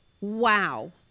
Wow